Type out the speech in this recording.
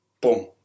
boom